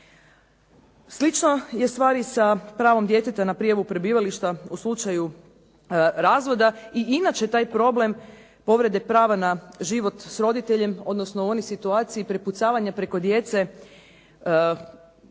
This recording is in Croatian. Slično je stvar i sa pravom djeteta na prijavu prebivališta u slučaju razvoda i inače taj problem povrede prava na život s roditeljem, odnosno u onoj situaciji prepucavanja preko djece,